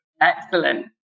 Excellent